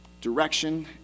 direction